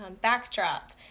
backdrop